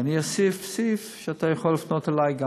ואני אוסיף סעיף, שאתה יכול לפנות גם אלי.